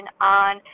on